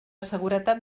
seguretat